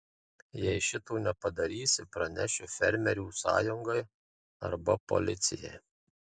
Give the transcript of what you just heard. jei šito nepadarysi pranešiu fermerių sąjungai arba policijai